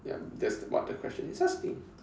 yup that's what the question is asking